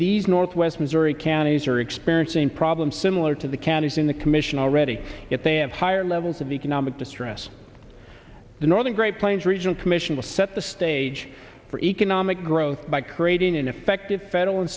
these northwest missouri candidates are experiencing problems similar to the candidate in the commission already if they have higher levels of economic distress the northern great plains regional commission will set the stage for economic growth by creating an effective federal